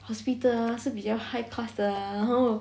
hospital ah 是比较 high class 的然后